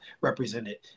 represented